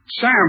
Sam